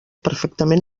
perfectament